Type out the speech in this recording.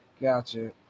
Gotcha